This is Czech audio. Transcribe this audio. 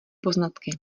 poznatky